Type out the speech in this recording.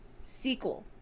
sequel